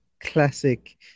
classic